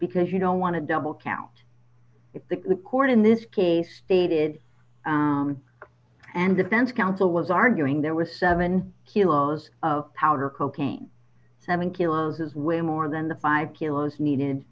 because you don't want to double count it that the court in this case stated and defense counsel was arguing there was seven kilos of powder cocaine seven kilos is way more than the five kilos needed